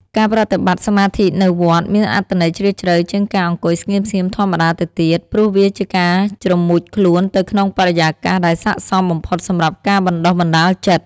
ការប្រតិបត្តិសមាធិនៅវត្តមានអត្ថន័យជ្រាលជ្រៅជាងការអង្គុយស្ងៀមៗធម្មតាទៅទៀត ព្រោះវាជាការជ្រមុជខ្លួនទៅក្នុងបរិយាកាសដែលស័ក្តិសមបំផុតសម្រាប់ការបណ្តុះបណ្តាលចិត្ត។